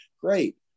great